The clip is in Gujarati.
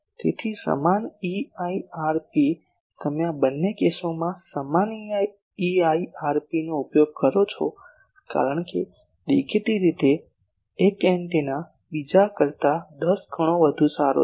તેથી સમાન EIRP તમે આ બંને કેસોમાં સમાન EIRP નો ઉપયોગ કરો છો કારણ કે દેખીતી રીતે એક એન્ટેના બીજા કરતા 10 ગણો વધુ સારું છે